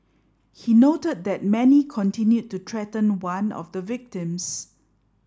he noted that Mani continued to threaten one of the victims